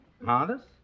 modest